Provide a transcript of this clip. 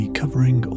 covering